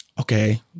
okay